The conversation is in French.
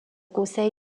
conseil